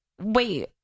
wait